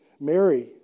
Mary